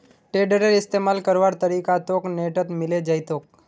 टेडरेर इस्तमाल करवार तरीका तोक नेटत मिले जई तोक